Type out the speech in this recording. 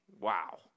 Wow